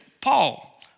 Paul